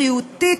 בריאותית,